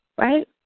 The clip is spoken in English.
Right